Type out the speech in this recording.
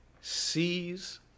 sees